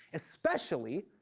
especially,